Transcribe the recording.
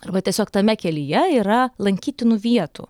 arba tiesiog tame kelyje yra lankytinų vietų